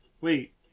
wait